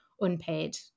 unpaid